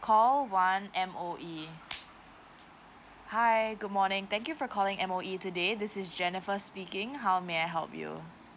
call one M_O_E hi good morning thank you for calling M_O_E today this is jennifer speaking how may I help you